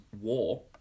war